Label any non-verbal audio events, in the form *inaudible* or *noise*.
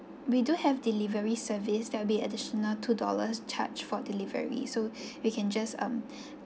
we do have delivery service that will be additional two dollars charge for delivery so *breath* you can just um *breath*